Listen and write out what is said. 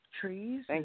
trees